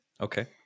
Okay